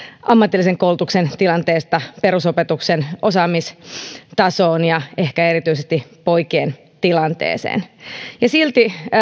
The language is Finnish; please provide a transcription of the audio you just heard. ammatillisen koulutuksen tilanteesta perusopetuksen osaamistasoon ja ehkä erityisesti poikien tilanteeseen silti